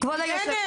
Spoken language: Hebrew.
אין